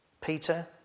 Peter